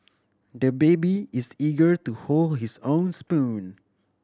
the baby is eager to hold his own spoon